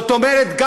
זאת אומרת,